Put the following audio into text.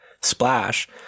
splash